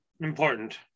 important